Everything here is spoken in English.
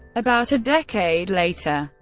about a decade later,